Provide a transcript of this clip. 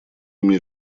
ими